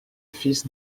fils